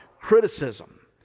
criticism